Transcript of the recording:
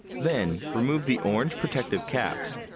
then remove the orange protective caps.